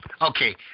Okay